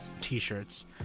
t-shirts